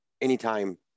anytime